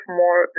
more